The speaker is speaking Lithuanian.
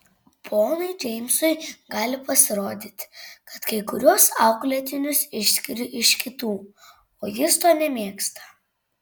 ponui džeimsui gali pasirodyti kad kai kuriuos auklėtinius išskiriu iš kitų o jis to nemėgsta